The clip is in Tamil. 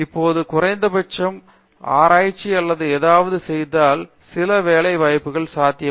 இப்போது குறைந்த பட்சம் ஆராய்ச்சி அல்லது ஏதாவது செய்தால் சில வேலை வாய்ப்புகள் சாத்தியமாகும்